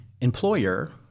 employer